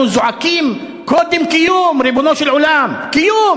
אנחנו זועקים: קודם קיום,